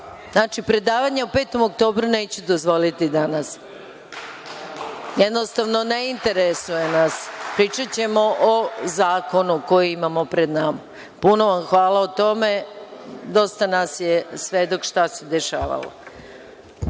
Znači, predavanje o 5. oktobru neću dozvoliti danas. Jednostavno, ne interesuje nas, pričaćemo o zakonu koji imamo pred nama. Puno vam hvala, dosta nas su svedoci šta se dešavalo. Znači,